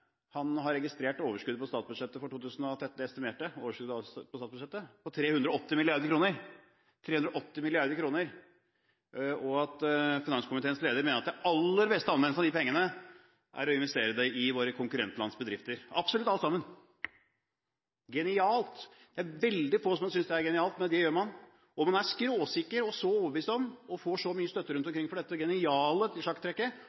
han har registrert det estimerte overskuddet på statsbudsjettet for 2013 på 380 mrd. kr – 380 mrd. kr. Finanskomiteens leder mener at den aller beste anvendelse av pengene er å investere dem i våre konkurrentlands bedrifter – absolutt alt sammen. Genialt! Det er veldig få som synes det er genialt, men det gjør man. Man er skråsikker, så overbevist om og får så mye støtte rundt